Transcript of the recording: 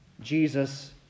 Jesus